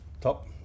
top